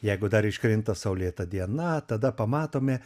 jeigu dar iškrinta saulėta diena tada pamatome